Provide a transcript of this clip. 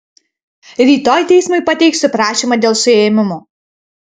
rytoj teismui pateiksiu prašymą dėl suėmimo